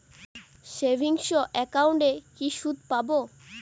Savings একাউন্টে কি সুদ পাব?